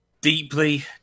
Deeply